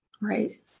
Right